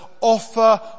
offer